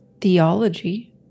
theology